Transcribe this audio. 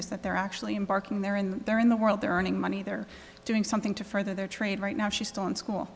is that they're actually in parking they're in there in the world they're earning money they're doing something to further their trade right now she's still in